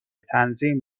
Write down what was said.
تنظیم